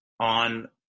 on